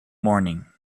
morning